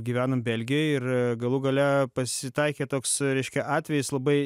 gyvenam belgijoj ir galų gale pasitaikė toks reiškia atvejis labai